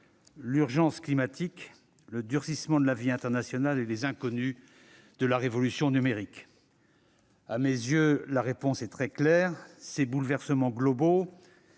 l'urgence climatique, le durcissement de la vie internationale et les inconnues de la révolution numérique ? À mes yeux, la réponse est très claire : ces bouleversements globaux